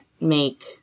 make